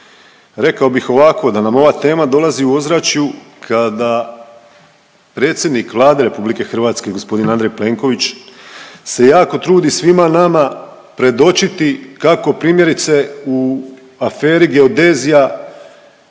rekao bih ovako da nam ova tema dolazi u ozračju kada predsjednik Vlade RH gospodin Andrej Plenković se jako trudi svima nama predočiti kako primjerice u aferi Geodezija